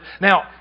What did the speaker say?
Now